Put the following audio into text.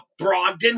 Brogdon